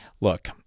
look